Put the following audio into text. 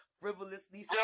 frivolously